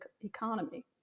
economy